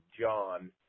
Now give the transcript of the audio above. John